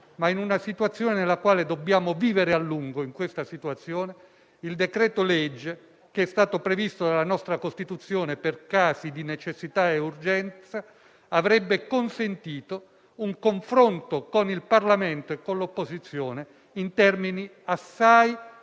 ma in una situazione nella quale dobbiamo convivere a lungo con il virus, il decreto-legge - che è stato previsto dalla nostra Costituzione per casi di necessità e urgenza - avrebbe consentito un confronto con il Parlamento e con l'opposizione in termini assai